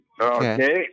Okay